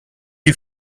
you